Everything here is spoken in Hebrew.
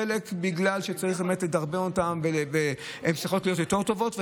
חלק מזה הוא בגלל שצריך באמת לדרבן אותן והן צריכות להיות יותר טובות,